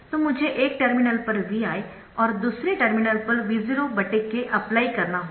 तो मुझे एक टर्मिनल पर Vi और दूसरे टर्मिनल पर Vok अप्लाई करना होगा